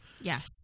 Yes